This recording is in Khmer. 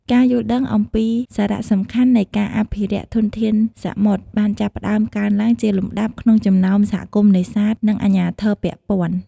ការយល់ដឹងអំពីសារៈសំខាន់នៃការអភិរក្សធនធានសមុទ្របានចាប់ផ្តើមកើនឡើងជាលំដាប់ក្នុងចំណោមសហគមន៍នេសាទ និងអាជ្ញាធរពាក់ព័ន្ធ។